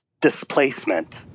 displacement